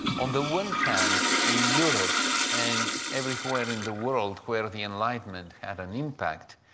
on the one hand, in europe and everywhere in the world where the enlightenment had an impact,